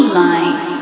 life